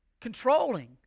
controlling